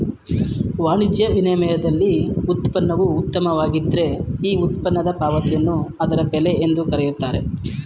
ವಾಣಿಜ್ಯ ವಿನಿಮಯದಲ್ಲಿ ಉತ್ಪನ್ನವು ಉತ್ತಮವಾಗಿದ್ದ್ರೆ ಈ ಉತ್ಪನ್ನದ ಪಾವತಿಯನ್ನು ಅದರ ಬೆಲೆ ಎಂದು ಕರೆಯುತ್ತಾರೆ